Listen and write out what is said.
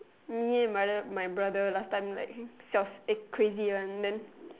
me and my br~ my brother last time like siao eh crazy one then